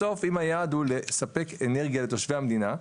בסוף אם היעד הוא לספק אנרגיה לתושבי המדינה,